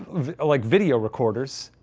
like video recorders,